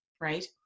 right